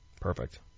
Perfect